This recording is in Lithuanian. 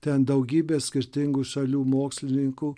ten daugybė skirtingų šalių mokslininkų